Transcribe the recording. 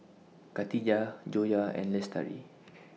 Katijah Joyah and Lestari